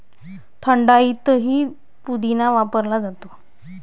थंडाईतही पुदिना वापरला जातो